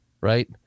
Right